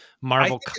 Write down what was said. Marvel